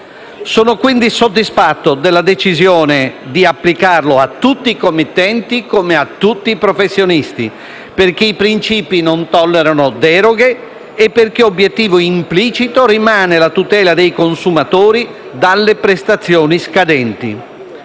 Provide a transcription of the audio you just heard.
Sono quindi soddisfatto della decisione di applicarlo a tutti i committenti come a tutti i professionisti, perché i principi non tollerano deroghe e perché obiettivo implicito rimane la tutela dei consumatori dalle prestazioni scadenti.